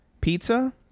pizza